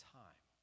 time